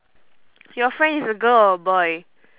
your friend is a girl or a boy